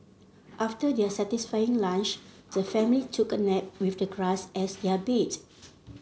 after their satisfying lunch the family took a nap with the grass as their bed